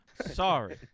Sorry